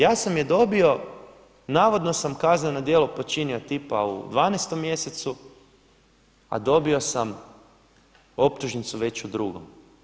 Ja sam je dobio, navodno sam kazneno djelo počinio tipa u 12 mjesecu, a dobio sam optužnicu već u drugom.